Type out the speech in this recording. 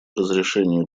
разрешению